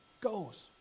goes